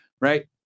right